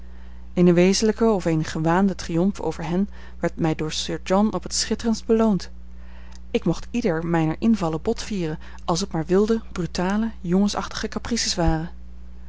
eene wezenlijke of eene gewaande triomf over hen werd mij door sir john op het schitterendst beloond ik mocht ieder mijner invallen botvieren als het maar wilde brutale jongensachtige caprices waren